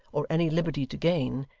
or any liberty to gain,